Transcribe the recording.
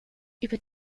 über